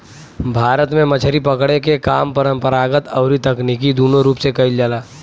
भारत में मछरी पकड़े के काम परंपरागत अउरी तकनीकी दूनो रूप से कईल जाला